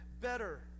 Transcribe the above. better